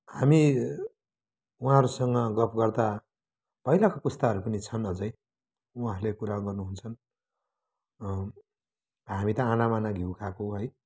हामी उहाँहरूसँग गफ गर्दा पहिलाको पुस्ताहरू पनि छन् अझै उहाँहरूले कुरा गर्नु हुन्छन् हामी त आना माना घिउ खाएको है